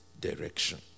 direction